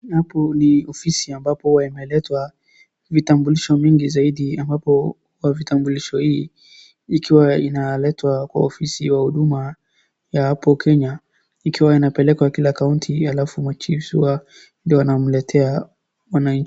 Hapo ni ofisi ambapo huwa imeletwa vitambulisho mingi zaidi ambapo kwa vitambulisho hii ikiwa inaletwa kwa ofisi wa Huduma ya hapo Kenya. Ikiwa inapelekwa kila kaunti alafu ma chiefs huwa ndiyo wanamletea mwananchi.